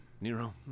Nero